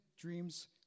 dreams